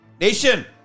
Nation